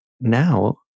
now